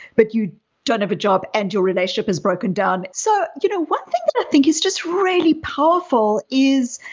but you don't have a job and your relationship has broken down. so you know one thing that i think is just really powerful is,